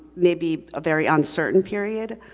may be a very uncertain period,